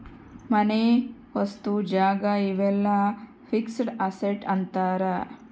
ಮನೆ ವಸ್ತು ಜಾಗ ಇವೆಲ್ಲ ಫಿಕ್ಸೆಡ್ ಅಸೆಟ್ ಅಂತಾರ